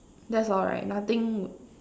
that's all right nothing